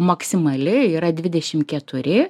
maksimali yra dvidešimt keturi